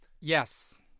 Yes